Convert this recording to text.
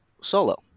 solo